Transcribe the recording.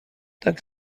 tak